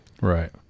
Right